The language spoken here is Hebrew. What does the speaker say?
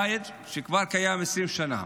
בית שכבר קיים עשרים שנה.